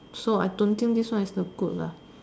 so I don't think this one is the good lah